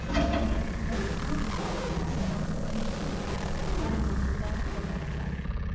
باقی وَسَلام اَسَلامُ علیکُم وَرحمتُہ اللہِ وبرکاتُہ